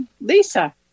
Lisa